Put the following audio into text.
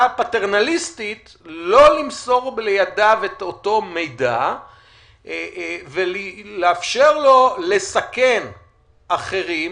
פטרנליסטית לא למסור לידיו את אותו מידע ולאפשר לו לסכן אחרים,